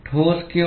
ठोस क्यों